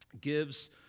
gives